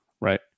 right